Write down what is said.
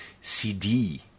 CD